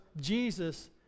Jesus